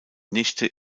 nichte